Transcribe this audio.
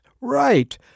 Right